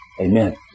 Amen